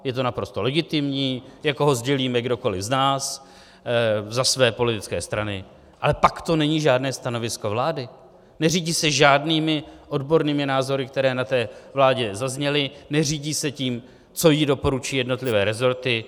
Je to naprosto legitimní, jako ho sdělí kdokoli z nás za svou politickou stranu, ale pak to není žádné stanovisko vlády, neřídí se žádnými odbornými názory, které na té vládě zazněly, neřídí se tím, co jí doporučí jednotlivé resorty.